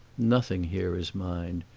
nothing here is mine,